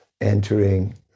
entering